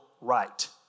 Right